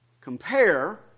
compare